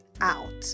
out